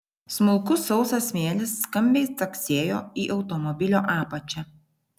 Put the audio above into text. smulkus sausas smėlis skambiai caksėjo į automobilio apačią